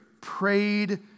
prayed